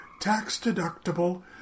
tax-deductible